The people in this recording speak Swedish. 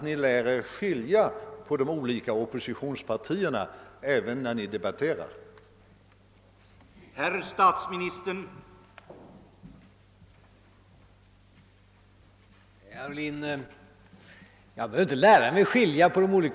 Däremot är det kanske mindre viktigt om Ni säger högern eller moderata samlingspartiet.